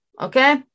Okay